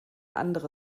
andere